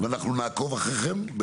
ואנחנו נעקוב אחריכם.